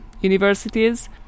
universities